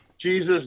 Jesus